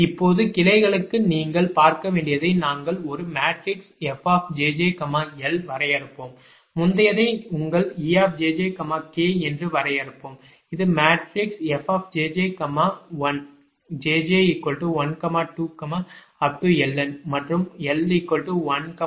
இப்போது கிளைகளுக்கு நீங்கள் பார்க்க வேண்டியதை நாங்கள் ஒரு மேட்ரிக்ஸ் fjjl வரையறுப்போம் முந்தையதை உங்கள் e jj k என்று வரையறுப்போம் இது matrix f jj l jj 12